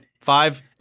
five